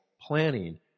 planning